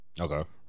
okay